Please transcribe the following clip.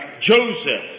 Joseph